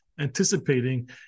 anticipating